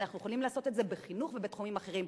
אנחנו יכולים לעשות את זה בחינוך ובתחומים אחרים,